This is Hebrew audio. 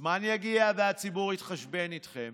הזמן יגיע והציבור יתחשבן איתכם